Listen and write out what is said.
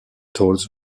tolls